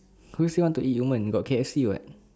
who say want to eat yumen got K_F_C [what]